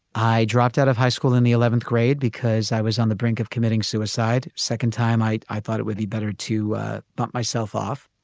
i dropped out of high school in the eleventh grade because i was on the brink of committing suicide. second time i i thought it would be better to bump myself off.